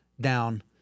down –